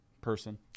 person